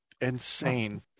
insane